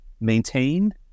maintain